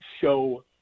show